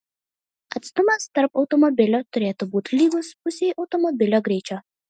atstumas tarp automobilių turėtų būti lygus pusei automobilio greičio